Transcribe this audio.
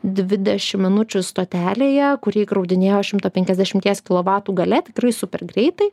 dvidešim minučių stotelėje kuri įkraudinėjo šimto penkiasdešimties kilovatų galia tikrai super greitai